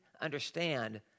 understand